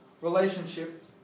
relationship